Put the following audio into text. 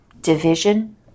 division